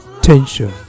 Tension